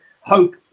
Hope